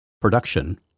production